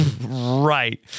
Right